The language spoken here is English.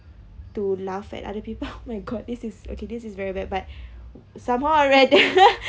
to laugh at other people my god this is okay this is very bad but somehow I read that